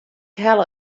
helle